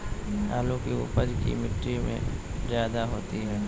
आलु की उपज की मिट्टी में जायदा होती है?